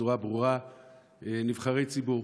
בצורה ברורה נבחרי ציבור,